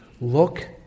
look